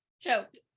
Choked